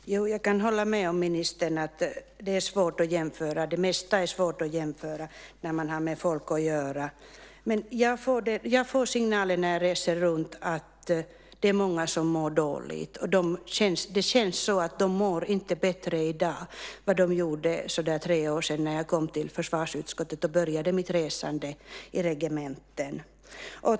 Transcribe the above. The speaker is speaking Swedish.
Herr talman! Jo, jag kan hålla med ministern om att det är svårt att jämföra. Det mesta är svårt att jämföra när man har med folk att göra. Men jag får signalen när jag reser runt att det är många som mår dåligt. Det känns som att de inte mår bättre i dag än de gjorde för sådär tre år sedan, när jag kom till försvarsutskottet och började mitt resande till regementen.